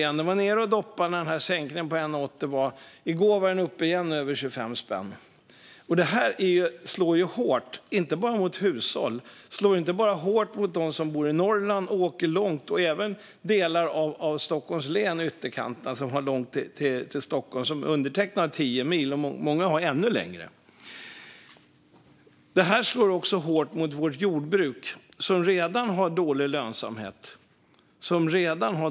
Priset gick ned i samband med sänkningen på 1,80, men i går var det uppe över 25 spänn igen. Det här slår inte bara hårt mot hushåll och mot dem som bor i Norrland och åker långt. Det slår även mot delar i ytterkanterna av Stockholms län där folk har långt till Stockholm. Jag själv har tio mil till Stockholm, och många har ännu längre. Det här slår hårt mot vårt jordbruk, som redan har dålig lönsamhet.